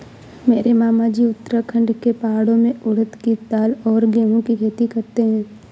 मेरे मामाजी उत्तराखंड के पहाड़ों में उड़द के दाल और गेहूं की खेती करते हैं